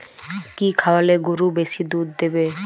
কি খাওয়ালে গরু বেশি দুধ দেবে?